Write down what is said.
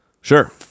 Sure